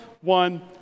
one